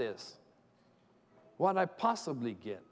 this what i possibly get